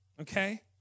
okay